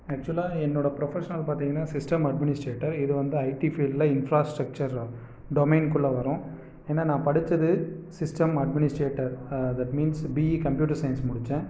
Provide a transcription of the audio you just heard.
ஆக்ச்சுவலாக என்னோடய ப்ரொஃபஷனல் பார்த்திங்கன்னா சிஸ்டம் அட்மினிஸ்ட்ரேட்டர் இது வந்து ஐடி ஃபீல்டில் இன்ஃப்ராஸ்ட்ரக்ச்சர் டொமைனுக்குள்ளே வரும் ஏன்னால் நான் படித்தது system administrator that means BE computer science முடித்தேன்